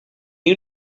you